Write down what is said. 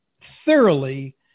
thoroughly